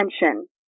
attention